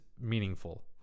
meaningful